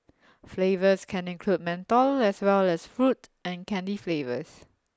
flavours can include menthol as well as fruit and candy flavours